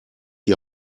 die